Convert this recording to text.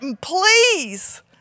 please